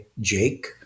Jake